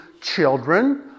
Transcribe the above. children